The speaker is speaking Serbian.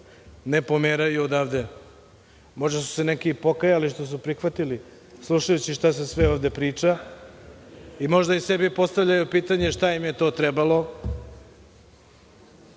ne pomeraju odavde, možda su se neki i pokajali što su prihvatili slušajući šta se sve ovde priča i možda sebi postavljaju pitanje šta im je to trebalo.